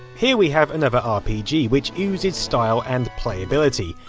here we have another rpg, which oozes style and playability.